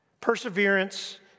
Perseverance